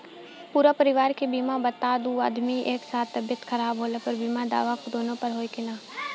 पूरा परिवार के बीमा बा त दु आदमी के एक साथ तबीयत खराब होला पर बीमा दावा दोनों पर होई की न?